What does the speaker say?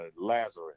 lazarus